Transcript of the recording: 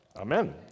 amen